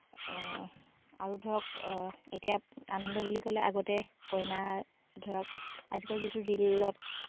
আৰু ধৰক এতিয়া আনন্দ বুলি ক'লে আগতে কইনা ধৰক আজিকালি যিটো ৰীলত